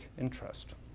interest